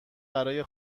برای